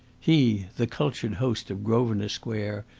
he, the cultured host of grosvenor square,